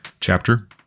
chapter